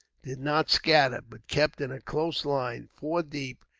did not scatter, but kept in a close line, four deep,